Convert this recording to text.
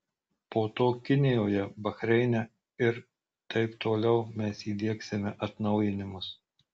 po to kinijoje bahreine ir taip toliau mes įdiegsime atnaujinimus